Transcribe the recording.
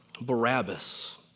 Barabbas